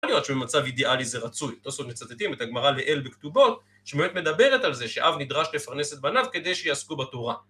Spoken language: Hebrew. יכול להיות שבמצב אידיאלי זה רצוי, בסוף מצטטים את הגמרא לאל בכתובות, שבאמת מדברת על זה שאב נדרש לפרנס את בניו כדי שיעסקו בתורה.